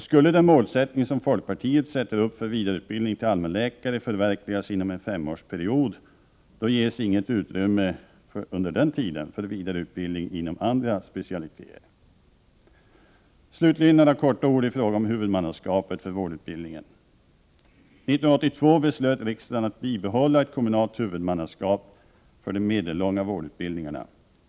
Skulle det mål som folkpartiet sätter upp för vidareutbild ning till allmänläkare förverkligas inom en femårsperiod, ges inget utrymme under den tiden för vidareutbildning inom andra specialiteter. Slutligen några ord i frågan om huvudmannaskapet för vårdutbildningen. 1982 beslöt riksdagen att bibehålla ett kommunalt huvudmannaskap för de medellånga vårdutbildningarna.